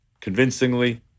Convincingly